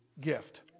gift